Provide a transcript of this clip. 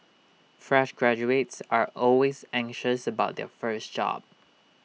fresh graduates are always anxious about their first job